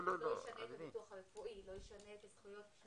לא ישנה את הביטוח הרפואי, לא ישנה את הזכויות.